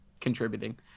contributing